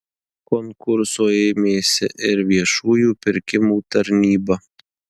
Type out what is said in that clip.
konkurso ėmėsi ir viešųjų pirkimų tarnyba